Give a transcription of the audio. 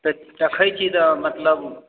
तऽ देखै छी तऽ मतलब